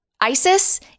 Isis